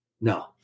No